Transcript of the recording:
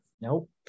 Nope